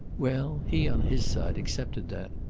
well, he on his side accepted that.